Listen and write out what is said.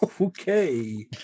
Okay